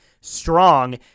strong